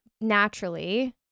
naturally